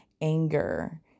anger